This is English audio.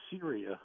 Syria